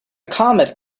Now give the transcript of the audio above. comet